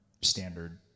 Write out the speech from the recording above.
standard